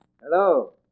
Hello